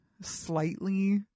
slightly